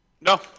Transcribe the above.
No